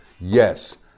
yes